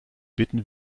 bitten